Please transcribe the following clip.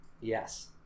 Yes